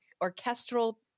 orchestral